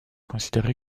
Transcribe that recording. considéré